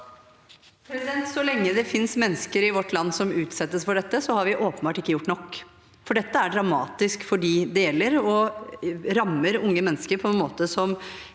Så lenge det fin- nes mennesker i vårt land som utsettes for dette, har vi åpenbart ikke gjort nok, for dette er dramatisk for dem det gjelder, og det rammer unge mennesker på en måte som